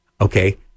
Okay